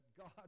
God